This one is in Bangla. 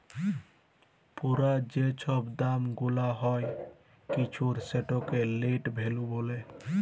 পুরা যে ছব দাম গুলাল হ্যয় কিছুর সেটকে লেট ভ্যালু ব্যলে